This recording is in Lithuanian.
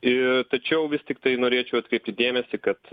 ir tačiau vis tiktai norėčiau atkreipti dėmesį kad